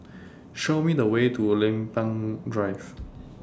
Show Me The Way to Lempeng Drive